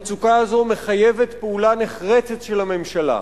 המצוקה הזו מחייבת פעולה נחרצת של הממשלה.